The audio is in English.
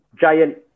giant